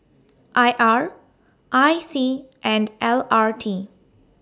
I R I C and L R T